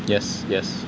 yes yes